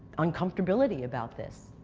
uncomfortability about this.